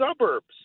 suburbs